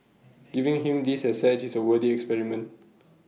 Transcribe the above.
giving him these assets is A worthy experiment